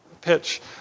pitch